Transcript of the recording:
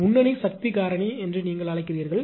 முன்னணி சக்தி காரணி என்று நீங்கள் அழைக்கிறீர்கள்